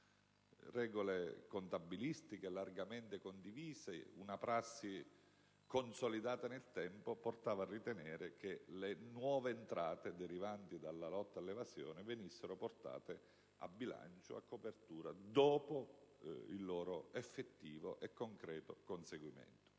Regole contabilistiche largamente condivise, una prassi consolidata nel tempo portava a ritenere che le nuove entrate derivanti dalla lotta all'evasione venissero portate a copertura dopo il loro effettivo e concreto conseguimento.